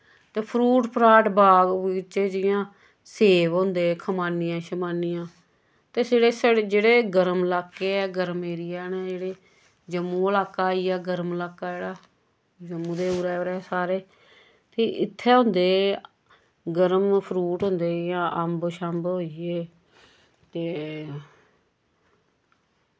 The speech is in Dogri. ते फ्रूट फ्राट बाग बगीचे जियां सेब होंदे खमानियां शमानियां ते सेह्ड़े जेह्ड़े गर्म लाक्के ऐ गर्म एरिया न जेह्ड़े जम्मू लाक्का आई गेआ गर्म लाक्का जेह्ड़ा जम्मू दे उरैं उरैं सारे फ्ही इत्थै होंदे गर्म फ्रूट होंदे जियां अम्ब शम्ब होई गे ते